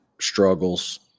struggles